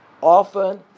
often